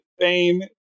fame